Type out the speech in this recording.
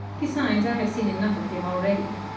besides, i have seen enough of him already.